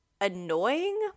annoying